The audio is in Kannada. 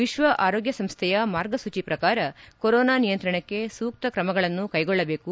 ವಿಶ್ವ ಆರೋಗ್ಯ ಸಂಸ್ಥೆಯ ಮಾರ್ಗಸೂಚಿ ಪ್ರಕಾರ ಕೊರೋನಾ ನಿಯಂತ್ರಣಕ್ಕೆ ಸೂಕ್ತ ತ್ರಮಗಳನ್ನು ಕೈಗೊಳ್ಳಬೇಕು